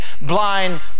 Blind